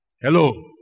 Hello